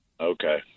Okay